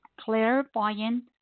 clairvoyant